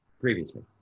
previously